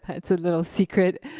that's a little secret.